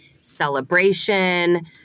celebration